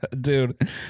dude